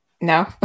No